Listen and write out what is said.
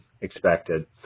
Expected